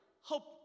hope